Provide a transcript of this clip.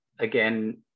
again